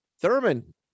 Thurman